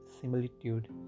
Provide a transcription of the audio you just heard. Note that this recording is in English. similitude